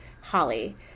Holly